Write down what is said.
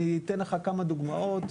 אני אתן לך כמה דוגמאות.